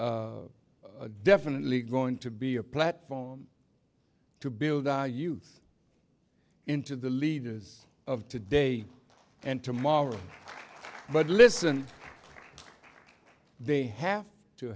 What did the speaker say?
definitely going to be a platform to build our youth into the leaders of today and tomorrow but listen they have to